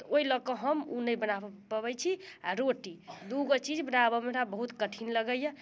ओहि लऽकऽ हम ओ नै बना पबैत छी आ रोटी दूगो चीज बनाबऽमे हमरा बहुत कठिन लगैया